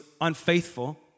unfaithful